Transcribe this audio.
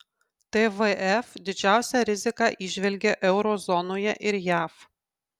tvf didžiausią riziką įžvelgia euro zonoje ir jav